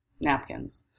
napkins